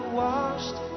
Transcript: washed